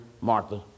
Martha